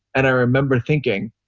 and i remember thinking,